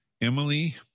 Emily